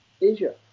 Asia